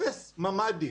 אפס ממ"דים,